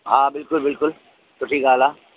हा बिल्कुलु बिल्कुलु सुठी ॻाल्हि आहे